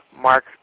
Mark